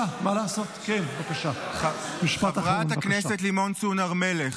-- חברת הכנסת וולדיגר,